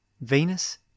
Venus